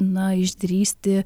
na išdrįsti